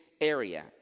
area